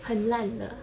很烂的